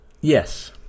Yes